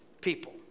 people